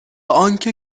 آنکه